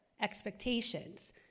expectations